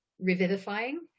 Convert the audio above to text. revivifying